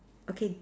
okay